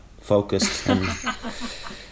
focused